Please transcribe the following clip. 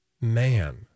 Man